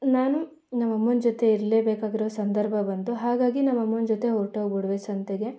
ನಾನು ನಮ್ಮಮ್ಮನ ಜೊತೆ ಇರಲೇ ಬೇಕಾಗಿರೋ ಸಂದರ್ಭ ಬಂತು ಹಾಗಾಗಿ ನಮ್ಮಮ್ಮನ ಜೊತೆ ಹೊರಟೋಗ್ಬಿಡುವೆ ಸಂತೆಗೆ